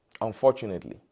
Unfortunately